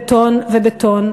בטון ובטון,